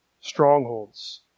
Strongholds